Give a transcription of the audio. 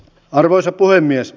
arvoisa puhemies